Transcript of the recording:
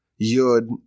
yud